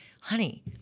honey